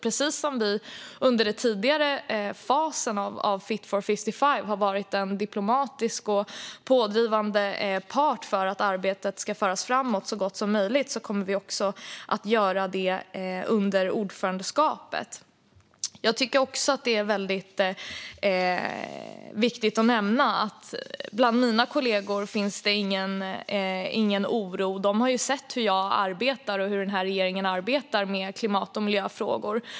Vi har under den tidigare fasen av Fit for 55 varit en diplomatisk och pådrivande part för att arbetet ska föras framåt så gott som möjligt, och vi kommer att vara det också under ordförandeskapet. Det är också viktigt att nämna att det inte finns någon oro bland mina kollegor. De har sett hur jag och regeringen arbetar med klimat och miljöfrågor.